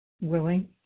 willing